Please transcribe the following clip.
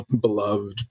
beloved